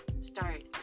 start